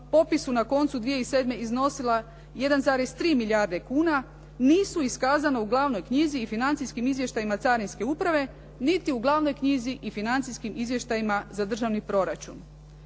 popisu na koncu 2007. iznosila 1,3 milijarde kuna nisu iskazana u glavnoj knjizi i financijskim izvještajima carinske uprave niti u glavnoj knjizi i financijskim izvještajima za državni proračun.".